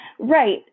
Right